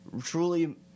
truly